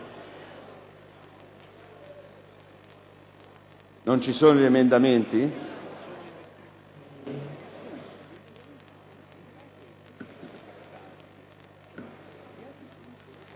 non ci sono gli emendamenti.